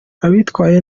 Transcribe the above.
abitwaye